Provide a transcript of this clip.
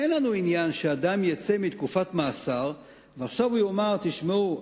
אין לנו עניין שאדם יצא מתקופת מאסר ועכשיו הוא יאמר: תשמעו,